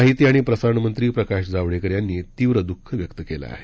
माहिती आणि प्रसारण मंत्री प्रकाश जावडेकर यांनी तीव्र द्ख व्यक्त केलं आहे